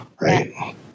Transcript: Right